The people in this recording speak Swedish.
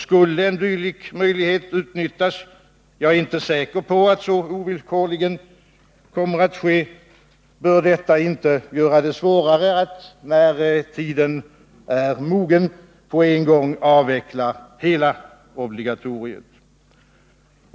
Skulle en dylik möjlighet utnyttjas — jag är inte säker på att så ovillkorligen kommer att ske — bör detta inte göra det svårare att när tiden är mogen på en gång avveckla hela obligatoriet.